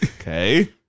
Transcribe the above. Okay